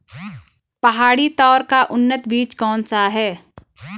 पहाड़ी तोर का उन्नत बीज कौन सा है?